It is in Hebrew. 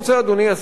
אדוני השר,